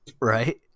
Right